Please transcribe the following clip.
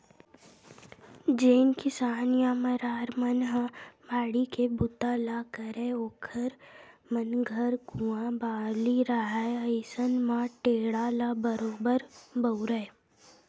जेन किसान या मरार मन ह बाड़ी के बूता ल करय ओखर मन घर कुँआ बावली रहाय अइसन म टेंड़ा ल बरोबर बउरय